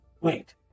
Wait